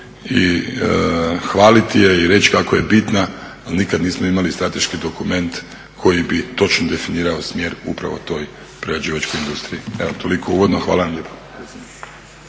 hvaliti je i reći kako je bitna, ali nikada nismo imali strateški dokument koji bi točno definirao smjer upravo toj prerađivačkoj industriji. Evo, toliko uvodno. Hvala vam lijepo.